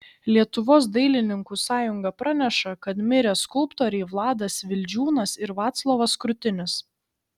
lietuvos dailininkų sąjunga praneša kad mirė skulptoriai vladas vildžiūnas ir vaclovas krutinis